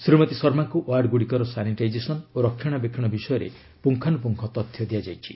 ଶ୍ରୀମତୀ ଶର୍ମାଙ୍କୁ ୱାର୍ଡଗୁଡ଼ିକର ସାନିଟାଇଜେସନ୍ ଓ ରକ୍ଷଣାବେକ୍ଷଣ ବିଷୟରେ ପୁଙ୍ଗାନୁପୁଙ୍ଗ ତଥ୍ୟ ଦିଆଯାଇଛି